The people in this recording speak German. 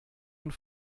und